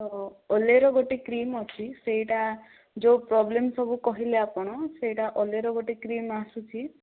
ଓ ଓଲେର ଗୋଟେ କ୍ରିମ ଅଛି ସେଇଟା ଯେଉଁ ପ୍ରୋବ୍ଲେମ ସବୁ କହିଲେ ଆପଣ ସେଇଟା ଓଲେର ଗୋଟିଏ କ୍ରିମ ଆସୁଛି